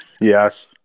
yes